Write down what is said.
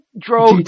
drove